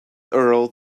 earl